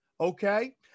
okay